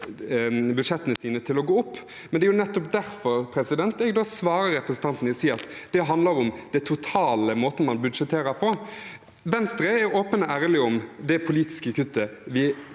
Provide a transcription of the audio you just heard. til å gå opp. Det er nettopp derfor jeg svarer representanten med å si at det handler om den totale måten man budsjetterer på. Venstre er åpen og ærlig om det politiske ABE-kuttet vi